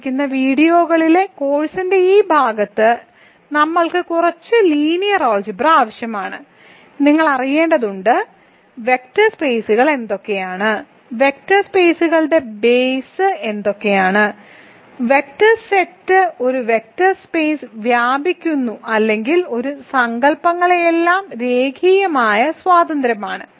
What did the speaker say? ശേഷിക്കുന്ന വീഡിയോകളിലെ കോഴ്സിന്റെ ഈ ഭാഗത്ത് നമ്മൾക്ക് കുറച്ച് ലീനിയർ ആൾജിബ്ര ആവശ്യമാണ് നിങ്ങൾ അറിയേണ്ടതുണ്ട് വെക്റ്റർ സ്പെയ്സുകൾ എന്തൊക്കെയാണ് വെക്റ്റർ സ്പെയ്സുകളുടെ ബേസ് എന്തൊക്കെയാണ് വെക്റ്റർ സെറ്റ് ഒരു വെക്റ്റർ സ്പേസ് വ്യാപിക്കുന്നു അല്ലെങ്കിൽ ഈ സങ്കൽപ്പങ്ങളെല്ലാം രേഖീയമായി സ്വതന്ത്രമാണ്